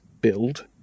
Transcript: build